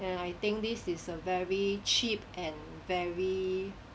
and I think this is a very cheap and very